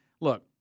look